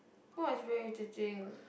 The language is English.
what is very irritating